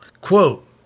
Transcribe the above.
quote